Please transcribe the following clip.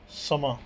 ਸਮਾਂ